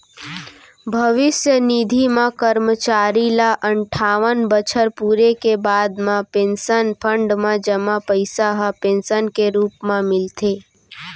भविस्य निधि म करमचारी ल अनठावन बछर पूरे के बाद म पेंसन फंड म जमा पइसा ह पेंसन के रूप म मिलथे